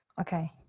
Okay